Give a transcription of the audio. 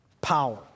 power